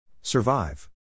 Survive